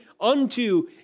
unto